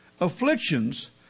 Afflictions